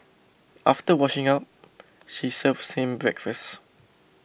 after washing up she serves him breakfast